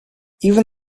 even